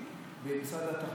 דרכונים ועוד מסמכים ממשרד המשפטים,